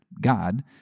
God